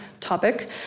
topic